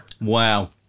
Wow